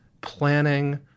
planning